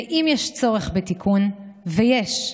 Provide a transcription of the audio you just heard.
ואם יש צורך בתיקון, ויש,